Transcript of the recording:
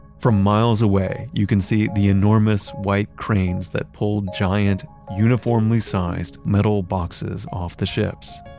from miles away, you can see the enormous white cranes that pull giant, uniformly-sized metal boxes off the ships.